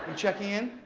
and checking in?